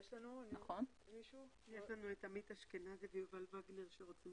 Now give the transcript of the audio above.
יש לנו את עמית אשכנזי ואת יובל וגנר שרוצים